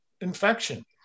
infection